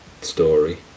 story